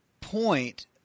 point